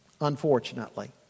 Unfortunately